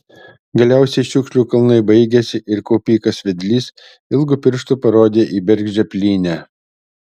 galiausiai šiukšlių kalnai baigėsi ir kaupikas vedlys ilgu pirštu parodė į bergždžią plynę